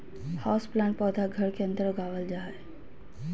houseplant पौधा घर के अंदर उगावल जा हय